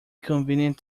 convenient